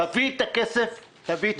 --- תביא את הכסף, תביא את הכסף.